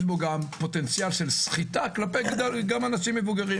פוטנציאל של סחיטה גם כלפי אנשים מבוגרים.